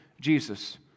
Jesus